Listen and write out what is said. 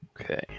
Okay